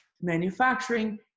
manufacturing